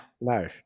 No